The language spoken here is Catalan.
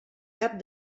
cap